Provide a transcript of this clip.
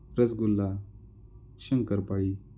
rasgulla शंकरपाळी